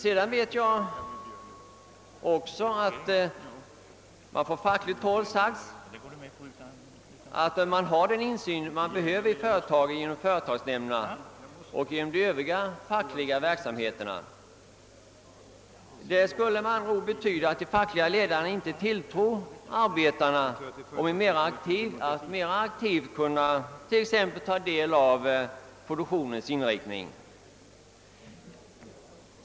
Från fackligt håll har det sagts, att man har den insyn i företagen som behövs genom företagsnämnderna och de övriga fackliga verksamheterna. Det skulle med andra ord betyda, att de fackliga ledarna inte tilltror arbetarna att mera aktivt t.ex. kunna ta del av produktionens inriktning.